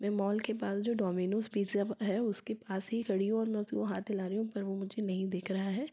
मैं मॉल के पास जो डोमिनोज पिज़्ज़ा है उसके पास ही खड़ी हूँ और मैं उसको हाथ हिला रही हूँ पड़ वह मुझे नहीं दिख रहा है